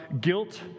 guilt